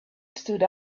stood